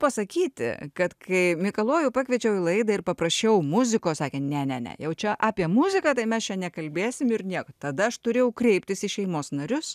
pasakyti kad kai mikalojau pakviečiau į laidą ir paprašiau muzikos sakė ne ne ne jau čia apie muziką tai mes čia nekalbėsim ir nieko tada aš turėjau kreiptis į šeimos narius